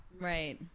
Right